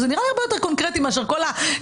זה נראה לי הרבה יותר קונקרטי מאשר כל המספרים.